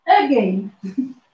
again